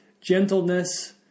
gentleness